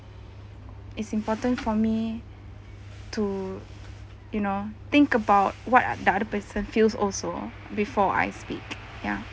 it's important for me to you know think about what are the other person feels also before I speak ya